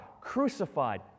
crucified